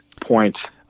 point